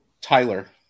Tyler